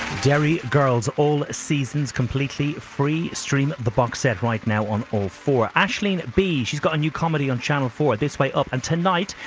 gary girls all seasons completely free stream of the box set right now on all four ashlyn b she's got a new comedy on channel four this way up and tonight.